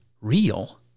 real